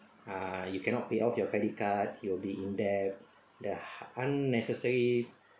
ah you cannot pay off your credit card you will be in debt the unnecessary